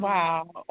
Wow